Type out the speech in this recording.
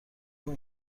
اون